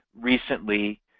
recently